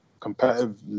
competitive